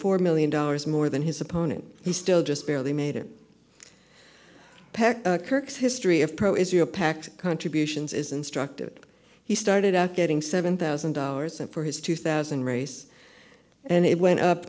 four million dollars more than his opponent he still just barely made it pact kirk's history of pro israel pact contributions is instructive he started out getting seven thousand dollars and for his two thousand race and it went up